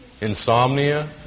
Insomnia